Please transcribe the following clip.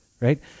right